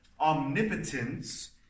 Omnipotence